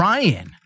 Ryan